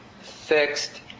fixed